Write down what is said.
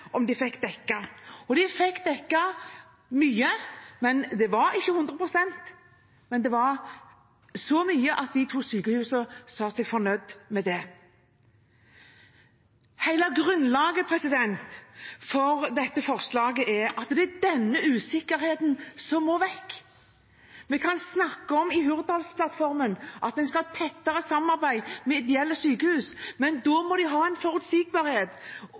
men det var så mye at de to sykehusene sa seg fornøyd med det. Hele grunnlaget for dette forslaget er at det er denne usikkerheten som må vekk. Vi kan snakke om Hurdalsplattformen og at en skal ha tettere samarbeid med ideelle sykehus, men da må de ha en forutsigbarhet